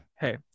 Hey